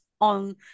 on